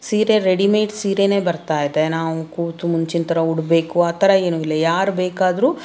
ಸೀರೆ ರೆಡಿಮೇಡ್ ಸೀರೆಯೇ ಬರ್ತಾ ಇದೆ ನಾವು ಕೂತು ಮುಂಚಿನ ಥರ ಉಡಬೇಕು ಆ ಥರ ಏನು ಇಲ್ಲ ಯಾರು ಬೇಕಾದರೂ